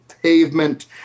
Pavement